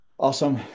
Awesome